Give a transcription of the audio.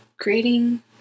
creating